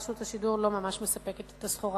רשות השידור לא ממש מספקת את הסחורה,